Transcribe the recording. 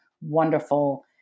wonderful